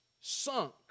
sunk